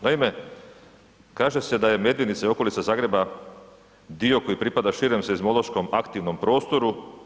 Naime, kaže se da je Medvednica i okolica Zagreba dio koji pripada širem seizmološkom aktivnom prostoru.